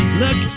look